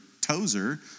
Tozer